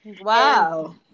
Wow